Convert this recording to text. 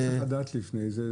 לא צריך לדעת לפני זה?